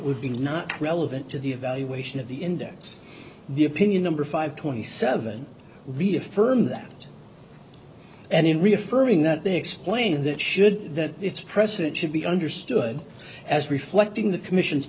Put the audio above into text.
would be not relevant to the evaluation of the index the opinion number five twenty seven reaffirm that and in reaffirming that they explained that should that it's present should be understood as reflecting the commission